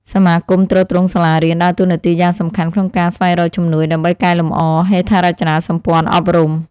សមាគមទ្រទ្រង់សាលារៀនដើរតួនាទីយ៉ាងសំខាន់ក្នុងការស្វែងរកជំនួយ ដើម្បីកែលម្អហេដ្ឋារចនាសម្ព័ន្ធអប់រំ។